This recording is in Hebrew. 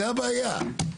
זו הבעיה.